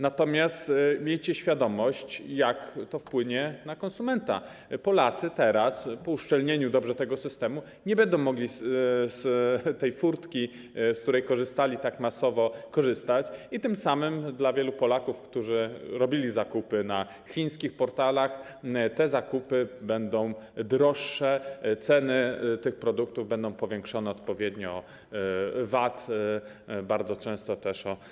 Natomiast miejcie świadomość, jak to wpłynie na konsumenta: Polacy teraz, po uszczelnieniu tego systemu nie będą mogli z tej furtki, której używali tak masowo, korzystać i tym samym dla wielu Polaków, którzy dotąd robili zakupy na chińskich portalach, takie zakupy będą droższe, ceny tych produktów będą powiększone odpowiednio: o VAT, bardzo często też o